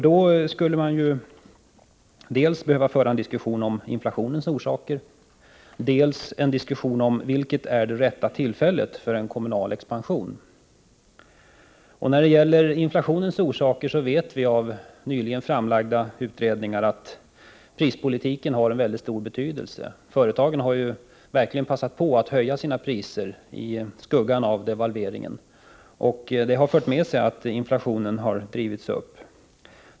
Då skulle man behöva föra dels en diskussion om inflationens orsaker, dels en diskussion om vilket tillfälle som är det rätta för en kommunal expansion. När det gäller inflationens orsaker vet vi av nyligen framlagda utredningar att prispolitiken har mycket stor betydelse. Företagen har verkligen passat på att höja sina priser i skuggan av devalveringen, och det har fört med sig att inflationen har drivits upp.